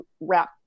wrap